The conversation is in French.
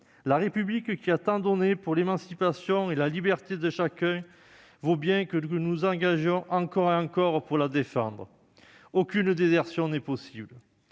La République, qui a tant donné pour l'émancipation et la liberté de chacun, vaut bien que nous nous engagions encore et encore pour la défendre. Aucune désertion n'est possible.